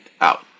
out